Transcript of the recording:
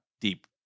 deep